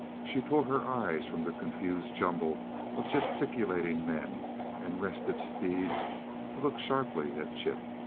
she tore her eyes from the confused jumble of gesticulating men and restive steeds to look sharply at chip.